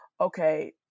okay